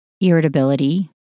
irritability